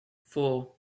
four